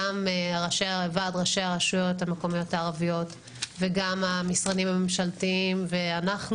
גם וועד ראשי הרשויות המקומיות הערביות וגם המשרדים הממשלתיים ואנחנו,